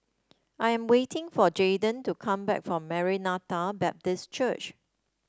I am waiting for Jaydan to come back from Maranatha Baptist Church